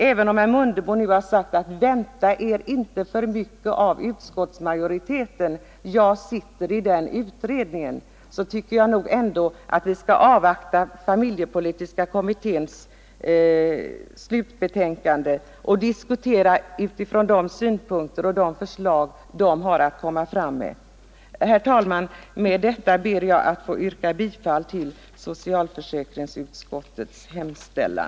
Även om herr Mundebo nu säger: ”Vänta er inte för mycket av kommittémajoriteten; jag sitter i den utredningen”, tycker jag nog ändå att vi skall avvakta familjepolitiska kommitténs slutbetänkande och diskutera med utgångspunkt i de synpunkter och förslag som den har att komma med. Herr talman! Med det anförda ber jag att få yrka bifall till socialförsäkringsutskottets hemställan.